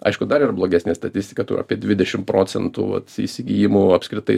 aišku dar yra blogesnė statistika tų apie dvidešimt procentų vat įsigijimų apskritai